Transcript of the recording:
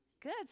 Good